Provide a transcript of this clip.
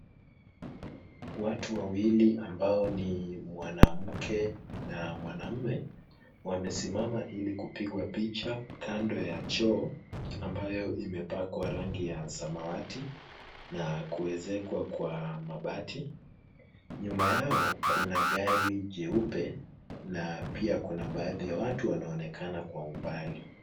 Watu wawili ambao ni mwanamke na mwanaume wamesimama ili kupigwa picha kando ya choo ambayo imepakwa rangi ya samawati na kuezekwa kwa mabati. Nyuma yao kuna gari jeupe na pia kuna baadhi ya watu wanaoonekana kwa umbali.